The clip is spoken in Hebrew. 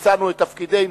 שביצענו את תפקידנו,